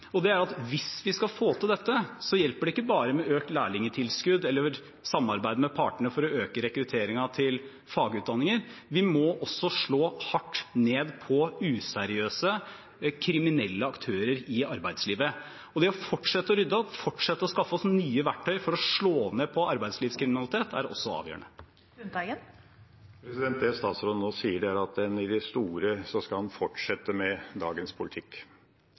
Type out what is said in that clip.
er at hvis vi skal få til dette, hjelper det ikke bare med økt lærlingtilskudd eller å samarbeide med partene for å øke rekrutteringen til fagutdanning – vi må også slå hardt ned på useriøse, kriminelle aktører i arbeidslivet. Det å fortsette å rydde opp og fortsette å skaffe oss nye verktøy for å slå ned på arbeidslivskriminalitet er også avgjørende. Det statsråden nå sier, er at en i det store skal fortsette med dagens politikk. Vi skal fortsette med dagens politikk,